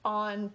on